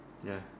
ya